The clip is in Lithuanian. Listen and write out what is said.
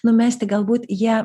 numesti galbūt jie